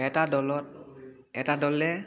এটা দলত এটা দলে